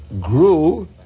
grew